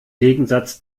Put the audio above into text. gegensatz